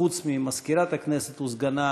חוץ ממזכירת הכנסת וסגנה,